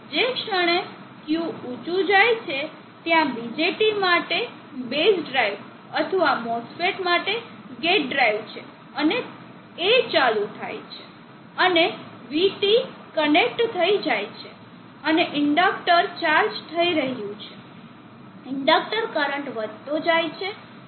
જે ક્ષણે Q ઊંચું જાય છે ત્યાં BJT માટે બેઝ ડ્રાઇવ અથવા MOSFET માટે ગેટ ડ્રાઇવ છે અને એ ચાલુ છે અને vT કનેક્ટ થઈ જાય છે અને ઇન્ડકટર ચાર્જ થઈ રહ્યું છે ઇન્ડેક્ટર કરંટ વધતો જાય છે